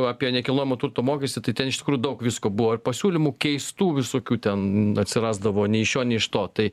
apie nekilnojamo turto mokestį tai ten iš tiesų daug visko buvo pasiūlymų keistų visokių ten atsirasdavo nei iš šio nei iš to tai